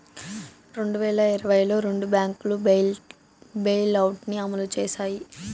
రెండు వేల ఇరవైలో రెండు బ్యాంకులు బెయిలౌట్ ని అమలు చేశాయి